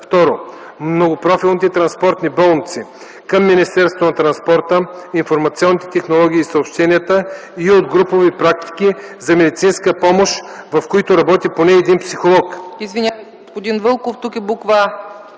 а) многопрофилните транспортни болници към Министерството на транспорта, информационните технологии и съобщенията и от групови практики за медицинска помощ, в които работи поне един психолог;